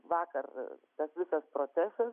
vakar tas visas procesas